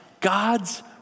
God's